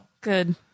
Good